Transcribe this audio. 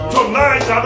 Tonight